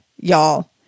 y'all